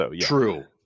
True